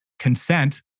consent